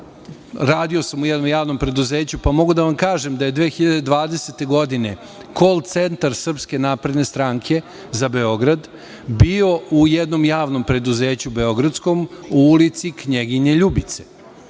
sam u jednom javnom preduzeću pa mogu da vam kažem da je 2020. godine kol centar SNS za Beograd bio u jednom javnom preduzeću beogradskom u ulici Knjeginje Ljubice.